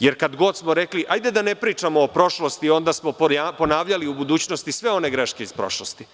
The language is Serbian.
jer kad god smo rekli – hajde da ne pričamo o prošlosti, onda smo ponavljali u budućnosti sve one greške iz prošlosti.